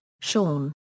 Sean